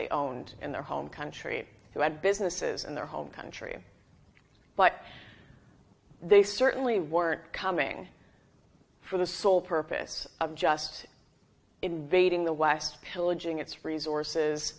they owned in their home country who had businesses in their home country but they certainly weren't coming for the sole purpose of just invading the west pillaging it's fre